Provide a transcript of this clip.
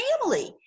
family